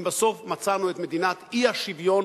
אם בסוף מצאנו את מדינת האי-שוויון,